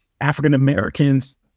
African-Americans